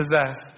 possessed